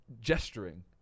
gesturing